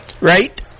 right